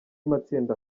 matsinda